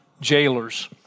jailers